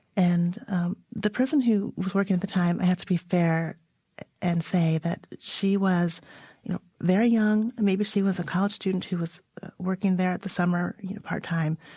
and the person who was working at the time i have to be fair and say that she was you know very young, maybe she was a college student who was working there at the summer you know part time.